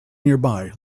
nearby